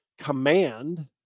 command